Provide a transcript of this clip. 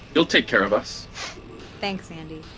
you'll take care of us thanks, andi.